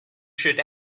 should